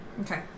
okay